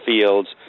fields